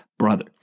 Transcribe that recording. Brother